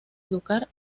educar